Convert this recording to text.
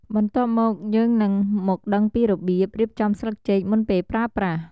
បន្ទាប់មក យើងនឹងមកដឹងពីរបៀបរៀបចំស្លឹកចេកមុនពេលប្រើប្រាស់។